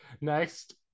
Next